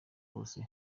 bose